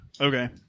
Okay